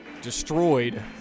destroyed